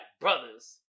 brothers